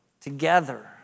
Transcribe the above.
together